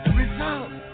result